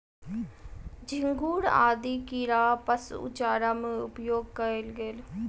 झींगुर आदि कीड़ा पशु चारा में उपयोग कएल गेल